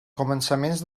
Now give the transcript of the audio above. començaments